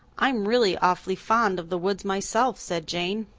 i'm really awfully fond of the woods myself, said jane.